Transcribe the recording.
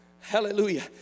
hallelujah